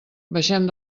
baixem